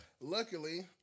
luckily